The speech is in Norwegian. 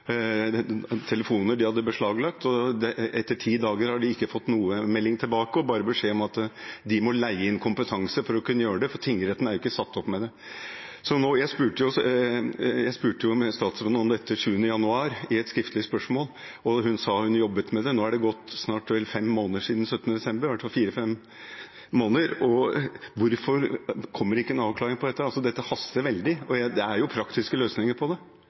telefoner de hadde beslaglagt, til tingretten i Oslo. Etter ti dager hadde de ikke fått noen melding tilbake – bare beskjed om at de må leie inn kompetanse for å kunne gjøre det, for tingretten er ikke satt opp til det. Jeg spurte statsråden om dette den 7. januar i et skriftlig spørsmål, og hun sa hun jobbet med det. Nå har det gått snart fire–fem måneder siden 17. desember. Hvorfor kommer det ingen avklaring på dette? Det haster veldig, og det er praktiske løsninger på det.